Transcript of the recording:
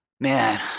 Man